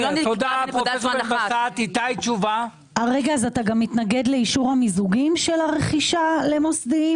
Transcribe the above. אתה גם מתנגד לאישור המיזוגים של הרכישה למוסדיים?